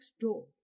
door